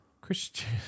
christian